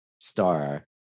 star